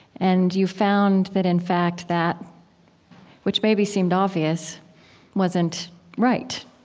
and you found that, in fact, that which maybe seemed obvious wasn't right